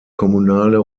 kommunale